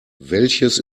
welches